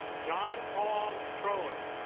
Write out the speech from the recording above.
john paul troller